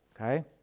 Okay